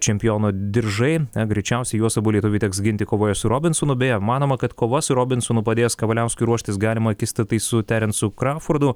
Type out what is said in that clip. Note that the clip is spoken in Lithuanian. čempiono diržai greičiausiai juos abu lietuviui teks ginti kovoje su robinsonu beje manoma kad kova su robinsonu padės kavaliauskui ruoštis galima akistatai su terencu kraufordu